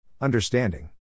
Understanding